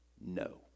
no